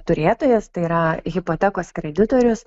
turėtojas tai yra hipotekos kreditorius